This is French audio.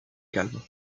calme